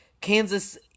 Kansas